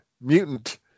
Mutant